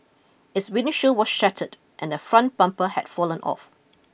its windshield were shattered and the front bumper had fallen off